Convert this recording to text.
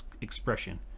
expression